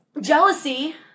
Jealousy